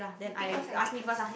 you pick first ah you pick first